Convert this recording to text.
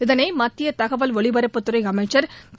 இதனை மத்திய தகவல் ஒலிபரப்புத்துறை அமைச்சர் திரு